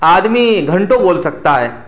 آدمی گھنٹوں بول سکتا ہے